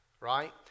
right